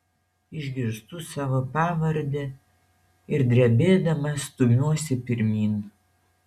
išgirstu savo pavardę ir drebėdama stumiuosi pirmyn